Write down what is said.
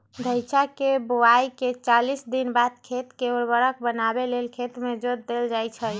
धइचा के बोआइके चालीस दिनबाद खेत के उर्वर बनावे लेल खेत में जोत देल जइछइ